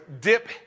dip